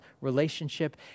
relationship